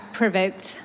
provoked